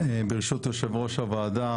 ברשות יושב ראש הוועדה,